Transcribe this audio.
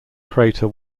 crater